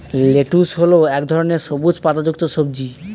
lettuce হল এক ধরনের সবুজ পাতাযুক্ত সবজি